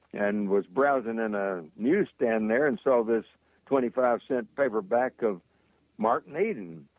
and was browsing in a newsstand there and saw this twenty five cent paperback of martin eden.